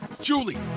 Julie